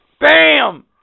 Bam